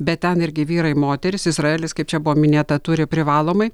bet ten irgi vyrai moterys izraelis kaip čia buvo minėta turi privalomai